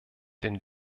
denn